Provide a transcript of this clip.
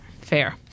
Fair